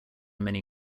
many